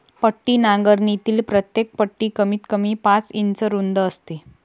पट्टी नांगरणीतील प्रत्येक पट्टी कमीतकमी पाच इंच रुंद असते